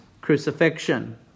crucifixion